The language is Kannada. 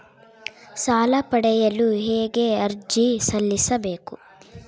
ಸಾಲ ಪಡೆಯಲು ಹೇಗೆ ಅರ್ಜಿ ಸಲ್ಲಿಸಬೇಕು?